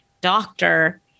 doctor